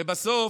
ובסוף,